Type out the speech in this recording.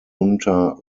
junta